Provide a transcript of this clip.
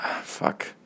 fuck